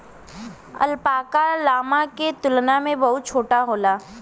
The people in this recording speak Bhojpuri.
अल्पाका, लामा के तुलना में बहुत छोट होला